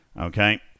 Okay